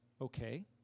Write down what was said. okay